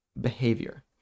behavior